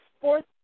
fourth